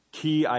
key